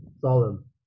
solemn